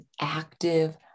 active